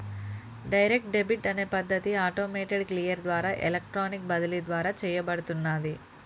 direct debit అనే పద్ధతి automated clear ద్వారా ఎలక్ట్రానిక్ బదిలీ ద్వారా చేయబడుతున్నాది